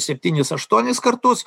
septynis aštuonis kartus